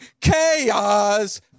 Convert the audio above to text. Chaos